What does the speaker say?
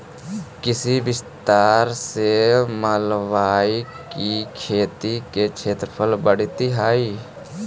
कृषि विस्तार से मतलबहई कि खेती के क्षेत्रफल बढ़ित हई